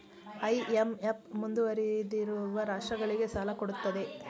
IMF ಮುಂದುವರಿದಿರುವ ರಾಷ್ಟ್ರಗಳಿಗೆ ಸಾಲ ಕೊಡುತ್ತದೆ